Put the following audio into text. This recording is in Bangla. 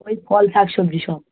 ওই ফল শাকসবজি সব